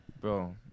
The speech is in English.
Bro